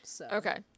Okay